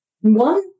one